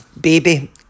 baby